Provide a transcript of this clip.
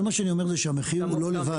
כל מה שאני אומר הוא שהמחיר הוא לא לבד.